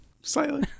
Slightly